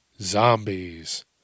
zombies